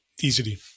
Easily